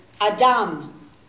Adam